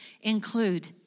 include